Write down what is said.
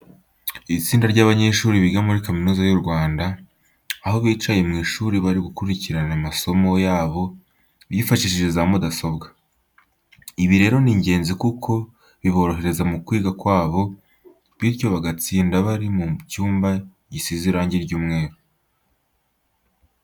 Itsinda ry'abanyeshuri biga muri Kaminuza y'u Rwanda, aho bicaye mu ishuri bari gukurikirana amasomo yabo bifashishije za mudasobwa. Ibi rero ni ingenzi kuko biborohereza mu kwiga kwabo, bityo bagatsinda. Bari mu cyumba gisize irange ry'umweru.